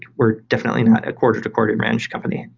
we're definitely not a quarter to quarter bench company,